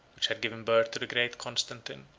which has given birth to the great constantine,